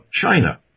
China